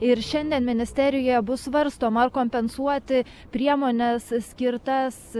ir šiandien ministerijoje bus svarstoma ar kompensuoti priemones skirtas